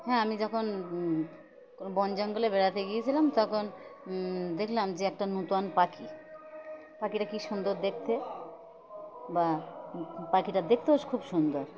হ্যাঁ আমি যখন বন জঙ্গলে বেড়াতে গিয়েছিলাম তখন দেখলাম যে একটা নূতন পাখি পাখিটা কী সুন্দর দেখতে বা পাখিটা দেখতেও খুব সুন্দর